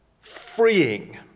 freeing